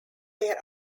their